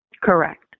Correct